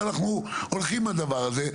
אבל אנחנו הולכים עם הדבר הזה.